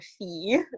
fee